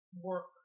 work